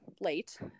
late